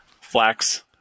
Flax